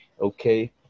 okay